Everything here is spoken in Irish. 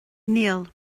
níl